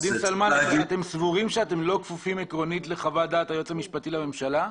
אתם סבורים שאתם לא כפופים עקרונית לחוות דעת היועץ המשפטי לממשלה?